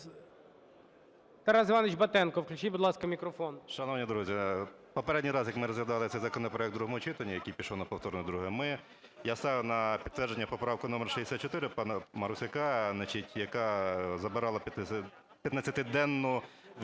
Тарас Іванович Батенко. Включіть, будь ласка, мікрофон.